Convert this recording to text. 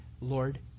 Lord